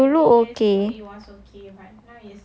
ya macam dulu okay